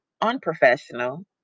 unprofessional